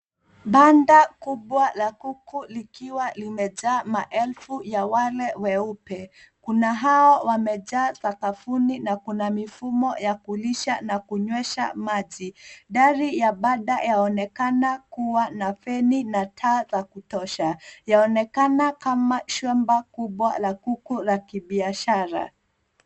Banda kubwa la kuku likiwa limejaa maelfu ya wale weupe, kuna hao wamejaa sakafuni na kuna mifumo ya kulisha na kunywesha maji. Dari ya banda yaonekana kuwa na feni na taa za kutosha, yaonekana kama shamba kubwa la kuku la kibiashara.